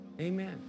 Amen